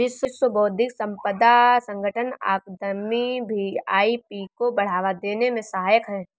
विश्व बौद्धिक संपदा संगठन अकादमी भी आई.पी को बढ़ावा देने में सहायक है